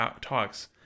talks